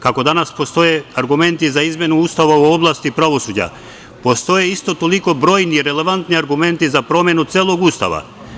Kako danas postoje argumenti za izmenu Ustava u oblasti pravosuđa, postoje isto toliko brojni relevantni argumenti za promenu celog Ustava.